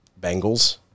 Bengals